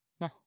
No